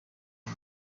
ngo